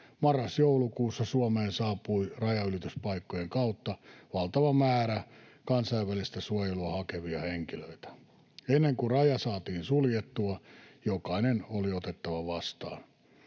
Marras—joulukuussa Suomeen saapui rajanylityspaikkojen kautta valtava määrä kansainvälistä suojelua hakevia henkilöitä. Ennen kuin raja saatiin suljettua, jokainen oli otettava vastaan.